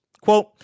Quote